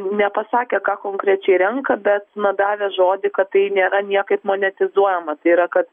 nepasakė ką konkrečiai renka bet na davė žodį kad tai nėra niekaip monetizuojama tai yra kad